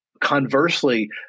Conversely